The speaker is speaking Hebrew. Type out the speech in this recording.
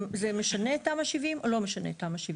זה משנה את תמ"א 70 או לא משנה את תמ"א 70?